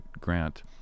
Grant